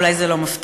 אולי זה לא מפתיע.